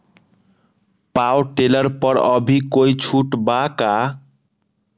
Power tiller पर अभी कोई छुट बा का?